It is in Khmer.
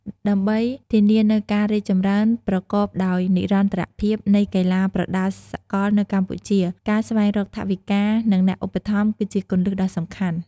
ដើម្បីធានានូវការរីកចម្រើនប្រកបដោយនិរន្តរភាពនៃកីឡាប្រដាល់សកលនៅកម្ពុជា ការស្វែងរកថវិកា និងអ្នកឧបត្ថម្ភ គឺជាគន្លឹះដ៏សំខាន់។